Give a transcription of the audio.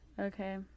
Okay